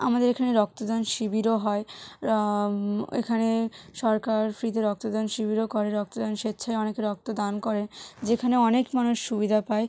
আমাদের এখানে রক্তদান শিবিরও হয় এখানে সরকার ফ্রিতে রক্তদান শিবিরও করে রক্তদান স্বেচ্ছায় অনেকে রক্ত দান করে যেখানে অনেক মানুষ সুবিধা পায়